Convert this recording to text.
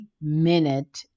minute